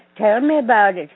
tell me about it